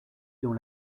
dans